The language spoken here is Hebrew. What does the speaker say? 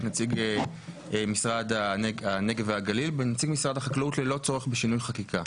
נציג משרד הנגב והגליל בנציג משרד החקלאות ללא צורך בשינוי חקיקה,